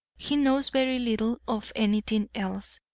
he knows very little of anything else.